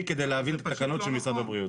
כדי להבין את התקנות של משרד הבריאות.